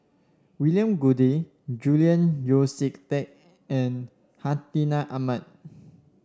William Goode Julian Yeo See Teck and Hartinah Ahmad